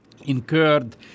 incurred